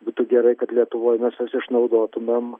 būtų gerai kad lietuvoj mes juos išnaudotumėm